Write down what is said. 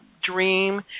dream